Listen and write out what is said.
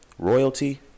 Royalty